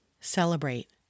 celebrate